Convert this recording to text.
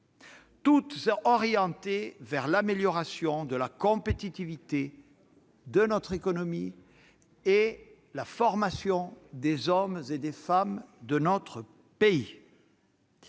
vers la croissance, l'amélioration de la compétitivité de notre économie et la formation des hommes et des femmes de notre pays.